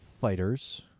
Fighters